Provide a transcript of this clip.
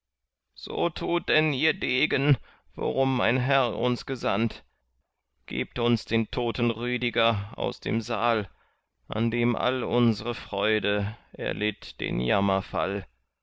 so tut denn ihr degen warum mein herr uns gesandt gebt uns den toten rüdiger aus dem saal an dem all unsre freude erlitt den